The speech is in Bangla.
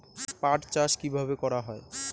পাট চাষ কীভাবে করা হয়?